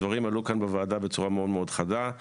הדברים עלו כאן בוועדה בצורה מאוד מאוד חדה.